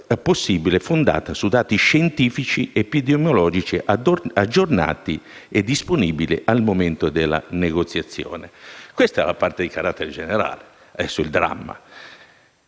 possibile, fondata sui dati scientifici ed epidemiologici aggiornati e disponibili al momento della negoziazione. Questa è la parte del discorso di carattere generale: adesso c'è il dramma.